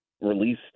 release